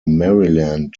maryland